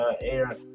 air